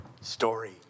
story